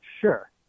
Sure